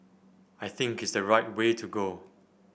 I think it's the right way to go